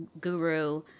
guru